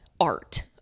art